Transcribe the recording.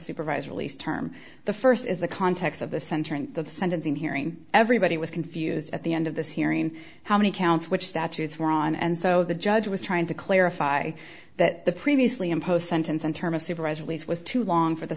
supervisor lease term the st is the context of the center and the sentencing hearing everybody was confused at the end of this hearing how many counts which statutes were on and so the judge was trying to clarify that the previously impose sentence and term of supervisor lease was too long for the